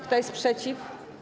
Kto jest przeciw?